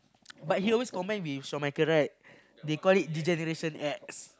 but he always combine with Shawn-Michael right they call it D-Generation-X